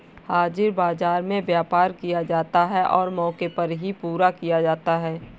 हाजिर बाजार में व्यापार किया जाता है और मौके पर ही पूरा किया जाता है